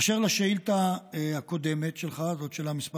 באשר לשאילתה הקודמת שלך, וזאת שאלה מס'